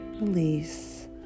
release